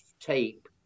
tape